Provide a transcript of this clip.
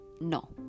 no